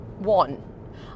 One